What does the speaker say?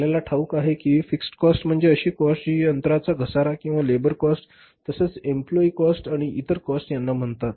आपणाला ठाऊक आहे कि फिक्स्ड कॉस्ट म्हणजे अशी कॉस्ट जी यंत्राचा घसारा किंवा लेबर कॉस्ट तसेच एम्प्लॉई कॉस्ट आणि इतर कॉस्ट यांना म्हणतात